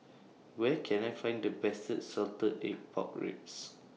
Where Can I Find The Best Salted Egg Pork Ribs